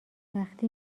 وقتی